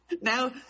now